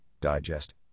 digest